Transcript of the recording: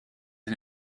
din